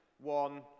one